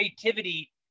creativity